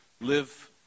live